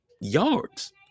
yards